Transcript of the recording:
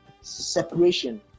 separation